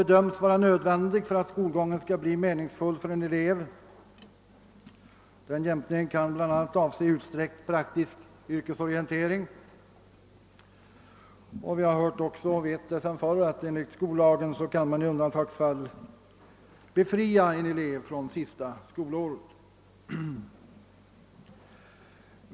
:bedöms vara nödvändig för att skolgången - skall bli meningsfull för en elev. Den jämkningen kan bl.a. avse utsträckt praktisk yrkesorientering. Vi har hört och vet sedan förr att enligt skollagen kan man i undantagsfall befria en elev från sista skolåret.